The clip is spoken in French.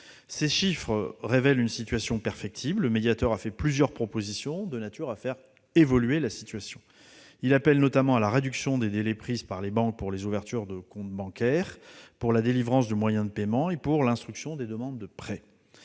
Ces chiffres révèlent une situation perfectible et le médiateur a fait plusieurs propositions de nature à la faire évoluer. Il appelle notamment à la réduction des délais pour les ouvertures de comptes bancaires, pour la délivrance des moyens de paiement et pour l'instruction des demandes de prêt.